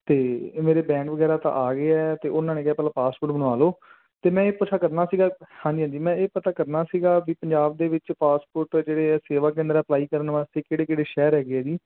ਤੇ ਮੇਰੇ ਬੈਡ ਵਗੈਰਾ ਤਾਂ ਆ ਗਏ ਆ ਤੇ ਉਹਨਾਂ ਨੇ ਕਿਹਾ ਪਹਿਲਾਂ ਪਾਸਪੋਰਟ ਬਣਾ ਲਓ ਤੇ ਮੈਂ ਇਹ ਪੁੱਛਣਾ ਕਰਨਾ ਸੀਗਾ ਹਾਂਜੀ ਹਾਂਜੀ ਮੈਂ ਇਹ ਪਤਾ ਕਰਨਾ ਸੀਗਾ ਵੀ ਪੰਜਾਬ ਦੇ ਵਿੱਚ ਪਾਸਪੋਰਟ ਜਿਹੜੇ ਸੇਵਾ ਕੇਂਦਰ ਅਪਲਾਈ ਕਰਨ ਵਾਸਤੇ ਕਿਹੜੇ ਕਿਹੜੇ ਸ਼ਹਿਰ ਹੈਗੇ ਆ ਜੀ